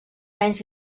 menys